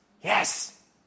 yes